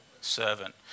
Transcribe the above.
servant